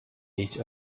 age